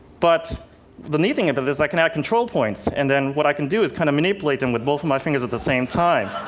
but the neat thing about it but is i can add control points. and then what i can do is kind of manipulate them with both of my fingers at the same time.